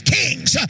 kings